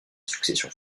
succession